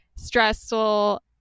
stressful